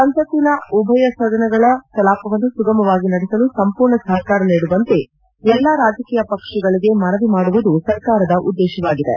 ಸಂಸತ್ತಿನ ಉಭಯಸದನಗಳ ಕಲಾಪವನ್ನು ಸುಗಮವಾಗಿ ನಡೆಸಲು ಸಂಪೂರ್ಣ ಸಹಕಾರ ನೀಡುವಂತೆ ಎಲ್ಲಾ ರಾಜಕೀಯ ಪಕ್ಷಗಳಿಗೆ ಮನವಿ ಮಾಡುವುದು ಸರ್ಕಾರದ ಉದ್ದೇಶವಾಗಿದೆ